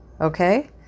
Okay